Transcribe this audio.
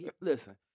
listen